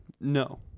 no